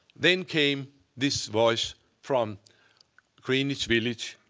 then came this voice from greenwich village,